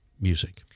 music